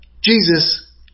Jesus